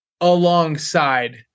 alongside